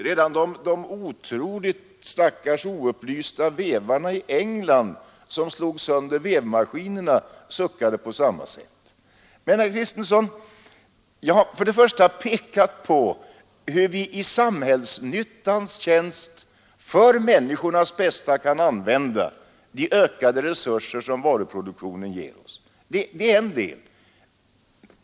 Redan de stackars oupplysta vävarna i England, som slog sönder vävmaskinerna, suckade på samma sätt. Jag har, herr Kristiansson, ingar m.m. först och främst pekat på hur vi i samhällsnyttans tjänst och för människornas bästa kan använda de ökade resurser som varuprodoktionen ger. Det är en del.